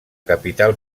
capital